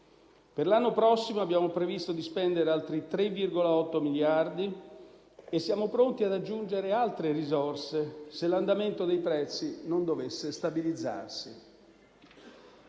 Per l'anno prossimo abbiamo previsto di spendere altri 3,8 miliardi e siamo pronti ad aggiungere altre risorse se l'andamento dei prezzi non dovesse stabilizzarsi.